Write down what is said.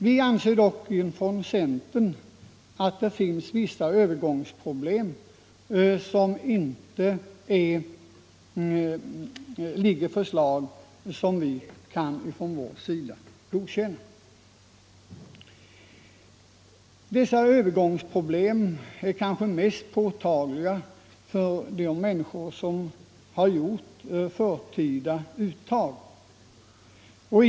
Vi från centern anser oss dock inte kunna godkänna förslaget om övergångsbestämmelser. Övergångsproblemen är kanske mest påtagliga för de människor som gjort förtida pensionsuttag.